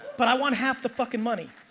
but i want half the fuckin' money.